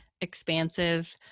expansive